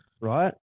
Right